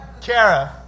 Kara